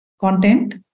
content